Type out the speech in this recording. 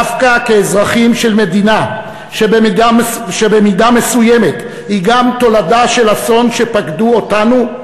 דווקא כאזרחים של מדינה שבמידה מסוימת היא גם תולדה של אסון שפקד אותנו,